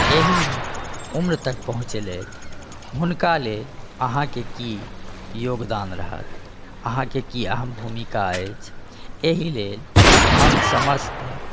एहि उम्र तक पहुँचेलथि हुनका लेल अहाँके की योगदान रहत अहाँके की अहम् भुमिका अछि एहि लेल हम समस्त